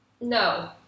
no